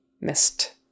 Missed